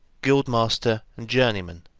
guild-master and journeyman,